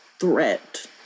threat